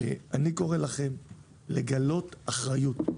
אני קורא לכם לגלות אחריות.